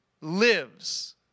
lives